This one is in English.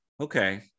Okay